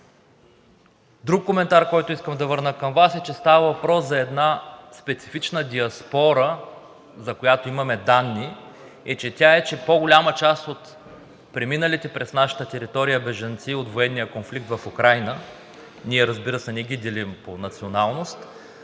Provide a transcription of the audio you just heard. Друг коментар, на който искам да върна към Вас, е, че става въпрос за една специфична диаспора, за която имаме данни, че по-голяма част от преминалите през нашата територия бежанци от военни конфликт в Украйна – ние, разбира се, не ги делим по националист